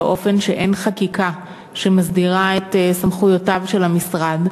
ואין חקיקה שמסדירה את סמכויותיו של המשרד.